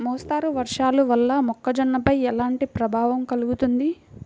మోస్తరు వర్షాలు వల్ల మొక్కజొన్నపై ఎలాంటి ప్రభావం కలుగుతుంది?